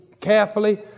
carefully